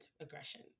aggression